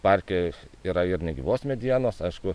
parke yra ir negyvos medienos aišku